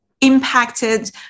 impacted